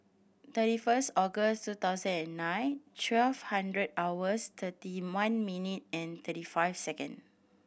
thirty first August two thousand and nine twelve hundred hours thirty one minute and thirty five second